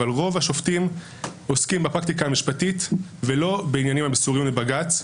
אבל רוב השופטים עוסקים בפרקטיקה המשפטית ולא בעניינים המסורים לבג"ץ,